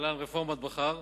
רפורמת בכר,